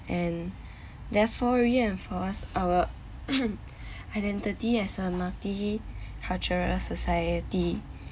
and therefore reinforce our identity as a multi cultural society